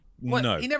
No